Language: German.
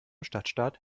stadtstaat